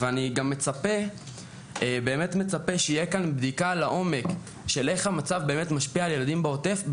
אני גם מצפה שתהיה כאן בדיקה לעומק איך המצב באמת משפיע על ילדים בעוטף,